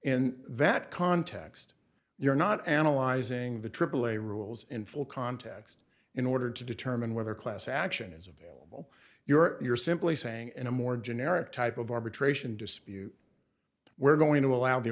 in that context you're not analyzing the aaa rules in full context in order to determine whether class action is available you're simply saying in a more generic type of arbitration dispute we're going to allow the